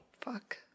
Fuck